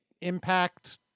Impact